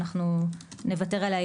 אנחנו נוותר עליה,